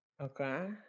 Okay